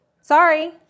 sorry